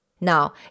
Now